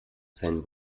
seinen